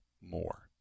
more